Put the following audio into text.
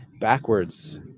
backwards